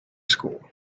school